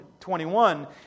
21